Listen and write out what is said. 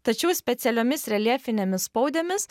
tačiau specialiomis reljefinėmis spaudėmis